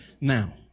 now